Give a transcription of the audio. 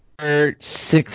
six